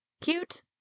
Cute